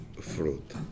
fruit